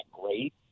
great